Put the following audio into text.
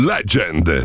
Legend